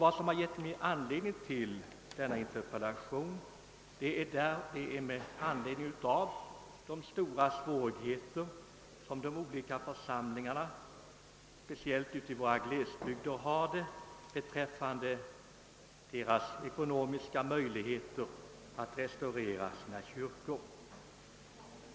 Vad som givit mig anledning till den na interpellation är de stora ekonomiska svårigheter som de olika församlingarna — speciellt i våra glesbygder — har när det gäller att restaurera sin kyrkor.